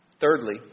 Thirdly